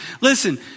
listen